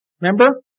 Remember